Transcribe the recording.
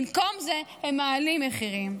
במקום זה הם מעלים מחירים.